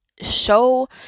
show